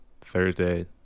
Thursday